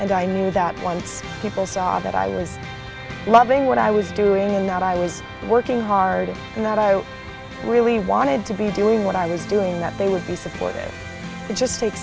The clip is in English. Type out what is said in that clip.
and i knew that once people saw that i was loving what i was doing and that i was working hard and that i really wanted to be doing what i was doing that they would be supportive it just take